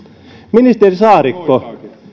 ministeri saarikko